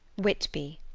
whitby.